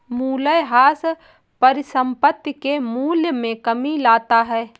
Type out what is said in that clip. मूलयह्रास परिसंपत्ति के मूल्य में कमी लाता है